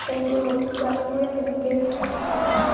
খেলবোৰ হ'ল ছোৱালীবোৰে যেনেকৈ